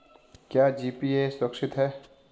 क्या जी.पी.ए सुरक्षित है?